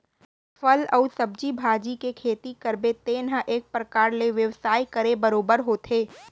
फर अउ सब्जी भाजी के खेती करबे तेन ह एक परकार ले बेवसाय करे बरोबर होथे